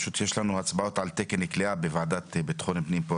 יש לנו הצבעות על תקן כליאה בוועדה לביטחון פנים.